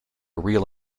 real